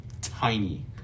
tiny